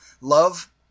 love